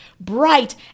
bright